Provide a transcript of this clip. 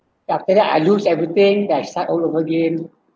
ya after that I lose everything then I start all over again